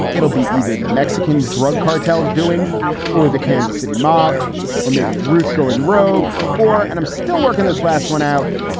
it'll be either the mexican drug cartels doing or the kansas city mob or maybe ruth going rogue or and i'm still working this last one out.